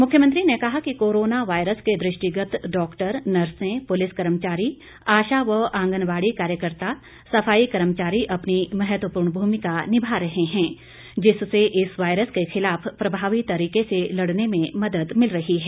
मुख्यमंत्री ने कहा कि कोरोना वायरस के दृष्टिगत डॉक्टर नर्से पुलिस कर्मचारी आशा व आंगनबाड़ी कार्यकर्ता सफाई कर्मचारी अपनी महत्वपूर्ण भूमिका निभा रहें हैं जिससे इस वायरस के खिलाफ प्रभावी तरीके से लड़ने में मद्द मिल रही है